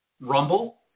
Rumble